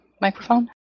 microphone